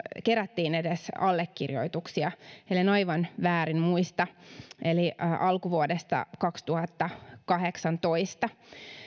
kerättiin edes allekirjoituksia ellen aivan väärin muista eli alkuvuodesta kaksituhattakahdeksantoista